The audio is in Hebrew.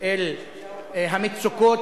צריך ליידע את היושב-ראש.